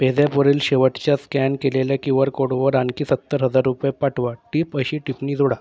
पेझॅपवरील शेवटच्या स्कॅन केलेल्या Q R कोडवर आणखी सत्तर हजार रुपये पाठवा टिप अशी टिप्पणी जोडा